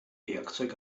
werkzeug